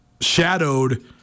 shadowed